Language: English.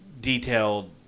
detailed